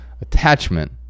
Attachment